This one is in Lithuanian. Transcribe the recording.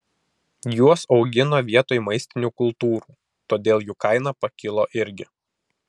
juos augino vietoj maistinių kultūrų todėl jų kaina pakilo irgi